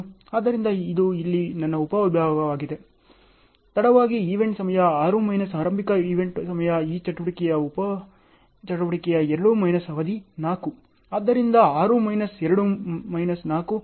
ಆದ್ದರಿಂದ ಇದು ಇಲ್ಲಿ ನನ್ನ ಉಪ ಭಾಗವಾಗಿದೆ ತಡವಾಗಿ ಈವೆಂಟ್ ಸಮಯ 6 ಮೈನಸ್ ಆರಂಭಿಕ ಈವೆಂಟ್ ಸಮಯ ಈ ಚಟುವಟಿಕೆಯ ಉಪ ಚಟುವಟಿಕೆಯ 2 ಮೈನಸ್ ಅವಧಿ 4 ಆದ್ದರಿಂದ 6 ಮೈನಸ್ 2 ಮೈನಸ್ 4